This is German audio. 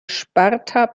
sparta